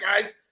guys